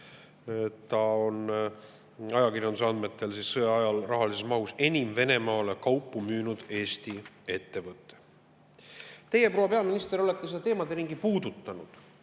Ajakirjanduse andmetel on ta sõja ajal rahalises mahus enim Venemaale kaupu müünud Eesti ettevõte. Teie, proua peaminister, olete seda teemaderingi puudutanud.